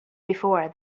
before